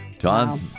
Tom